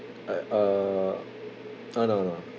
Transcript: uh uh uh no no